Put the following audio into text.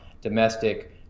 domestic